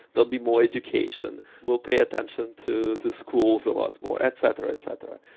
there'll be more education. we'll pay attention to the schools a lot more, et cetera, et cetera.